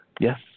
Yes